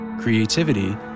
creativity